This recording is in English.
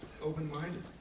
open-minded